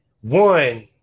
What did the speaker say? one